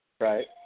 Right